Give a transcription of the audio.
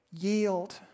yield